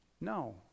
No